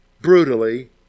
Brutally